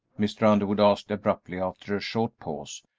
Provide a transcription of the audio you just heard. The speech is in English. mr. underwood asked, abruptly, after a short pause.